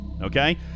Okay